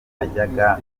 najyaga